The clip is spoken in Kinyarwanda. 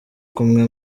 kumwe